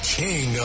king